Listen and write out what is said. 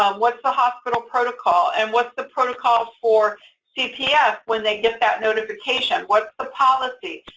um what's the hospital protocol, and what's the protocol for cps when they get that notification? what's the policy?